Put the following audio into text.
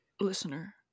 listener